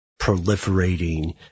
proliferating